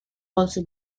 also